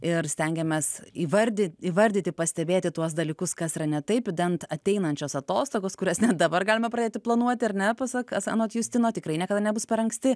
ir stengiamės įvardy įvardyti pastebėti tuos dalykus kas yra ne taip idant ateinančios atostogos kurias net dabar galima pradėti planuoti ar ne pasak anot justino tikrai niekada nebus per anksti